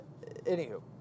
Anywho